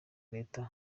leta